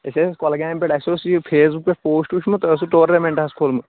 أسۍ ٲسۍ کۄلگامہِ پٮ۪ٹھ اَسہِ اوس یہِ فیس بُک پٮ۪ٹھ پوسٹ وٕچھمُت تۄہہِ اوسوُ ٹورنامٮ۪نٛٹ حظ کھوٗلمُہ